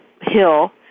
hill